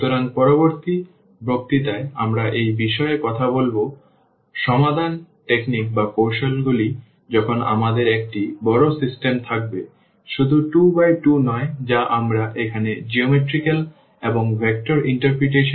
সুতরাং পরবর্তী বক্তৃতায় আমরা এই বিষয়ে কথা বলব সমাধান কৌশল গুলি যখন আমাদের একটি বড় সিস্টেম থাকবে শুধু 2 বাই 2 নয় যা আমরা এখানে জ্যামিতিক এবং ভেক্টর ব্যাখ্যা এর জন্য বিবেচনা করেছি